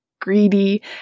greedy